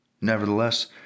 Nevertheless